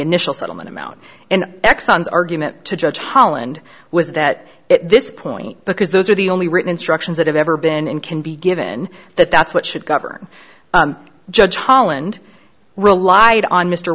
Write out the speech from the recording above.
initial settlement amount and exxon's argument to judge holland was that at this point because those are the only written instructions that have ever been in can be given that that's what should govern judge hollande will live on mr